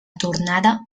tornada